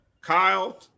Kyle